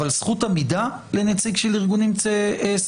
אבל זכות עמידה לנציג של ארגונים סביבתיים,